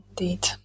Indeed